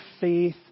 faith